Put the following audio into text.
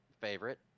favorite